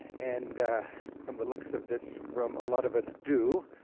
and from the looks of this room a lot of us do,